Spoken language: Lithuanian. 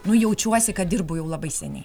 nu jaučiuosi kad dirbu jau labai seniai